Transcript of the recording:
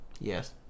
Yes